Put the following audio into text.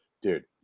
Dude